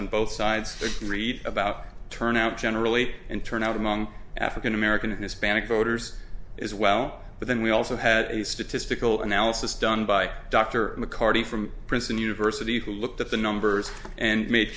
on both sides read about turnout generally and turnout among african american and hispanic voters as well but then we also had a statistical analysis done by dr mccarty from princeton university who looked at the numbers and made